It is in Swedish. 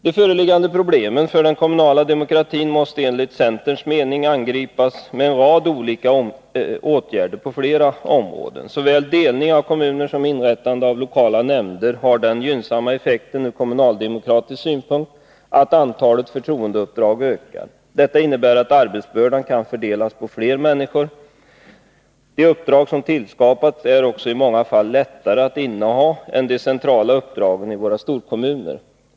De föreliggande problemen för den kommunala demokratin måste enligt centerns mening angripas med en rad olika åtgärder på flera områden. Såväl delning av kommuner som inrättande av lokala nämnder har den gynnsamma effekten ur kommunaldemokratisk synpunkt att antalet förtroendeuppdrag ökar. Detta innebär att arbetsbördan kan fördelas på fler människor. De uppdrag som tillskapas är också i många fall lättare att inneha än de centrala uppdragen i våra storkommuner.